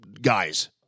Guys